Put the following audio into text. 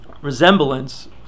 resemblance